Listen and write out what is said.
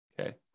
okay